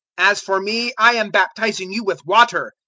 as for me, i am baptizing you with water,